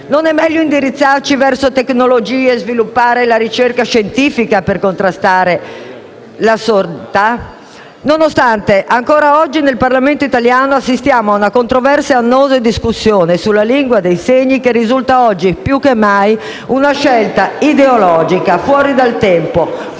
Non è meglio indirizzarci verso le tecnologie e sviluppare la ricerca scientifica per contrastare la sordità? Ciò nonostante, ancora oggi nel Parlamento italiano assistiamo ad una controversa e annosa discussione sulla lingua dei segni, che risulta, oggi più che mai, una scelta ideologica fuori dal tempo, fuorviante